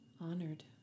honored